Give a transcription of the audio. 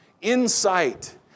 Insight